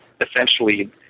essentially